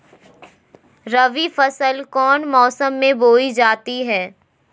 रबी फसल कौन मौसम में बोई जाती है?